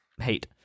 hate